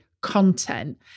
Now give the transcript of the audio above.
content